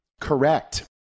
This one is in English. Correct